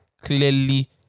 clearly